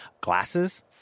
glasses